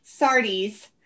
Sardi's